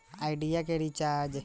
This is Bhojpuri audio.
आइडिया के रीचारज कइसे होई बताईं?